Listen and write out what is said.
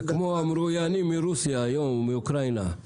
הוא כמו המרואיינים מרוסיה או מאוקראינה היום.